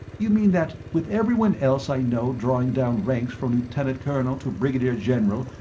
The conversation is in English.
you mean that with everyone else i know drawing down ranks from lieutenant colonel to brigadier general,